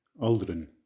Aldrin